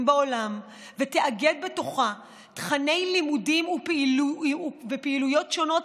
בעולם ותאגד תוכני לימודים ופעילויות שונות,